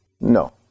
No